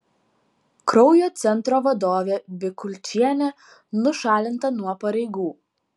kraujo centro vadovė bikulčienė nušalinta nuo pareigų